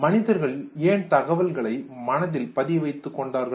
மனிதர்கள் ஏன் தகவல்களை மனதில் பதியவைத்து கொண்டார்கள்